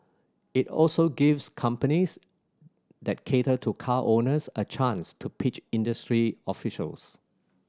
it also gives companies that cater to car owners a chance to pitch industry officials